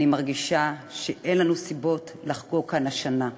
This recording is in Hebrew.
אני מרגישה שאין לנו סיבות לחגוג כאן השנה.